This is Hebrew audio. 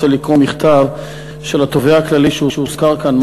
רוצה לקרוא מכתב של התובע הכללי שהוזכר כאן,